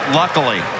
luckily